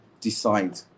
decide